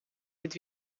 dit